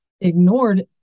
ignored